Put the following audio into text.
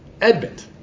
Edmund